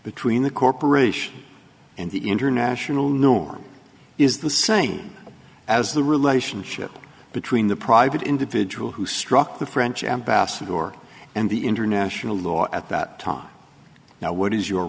between the corporation and the international norm is the same as the relationship between the private individual who struck the french ambassador and the international law at that time now what is your